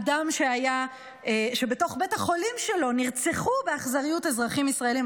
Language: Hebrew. אדם שבתוך בית החולים שלו נרצחו באכזריות אזרחים ישראלים.